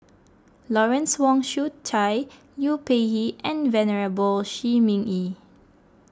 Lawrence Wong Shyun Tsai Liu Peihe and Venerable Shi Ming Yi